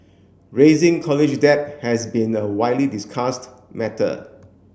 raising college debt has been a widely discussed matter